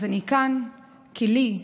אז אני כאן כי לי,